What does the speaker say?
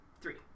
Three